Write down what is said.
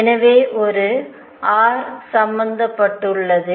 எனவே ஒரு r ̇ சம்பந்தப்பட்டுள்ளது